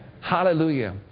Hallelujah